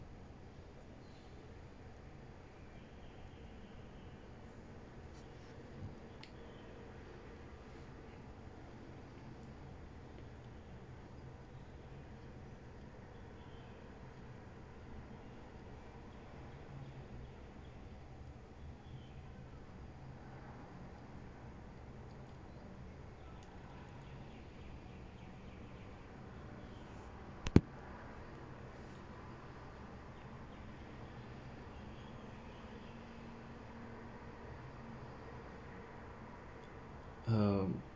um